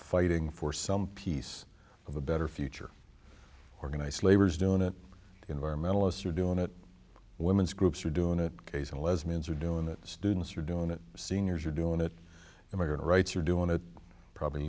fighting for some piece of a better future organized labor is doing it environmentalist are doing it women's groups are doing it case and lesbians are doing it students are doing it seniors are doing it immigrant rights are doing it probably